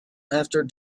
after